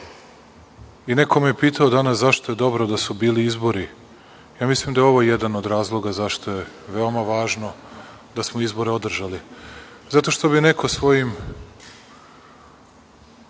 i neko me je pitao danas zašto je dobro da su bili izbori. Ja mislim da je ovo jedan od razloga zašto je veoma važno da smo izbore održali. Zato što bi neko svojim